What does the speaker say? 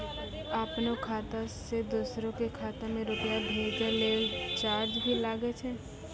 आपनों खाता सें दोसरो के खाता मे रुपैया भेजै लेल चार्ज भी लागै छै?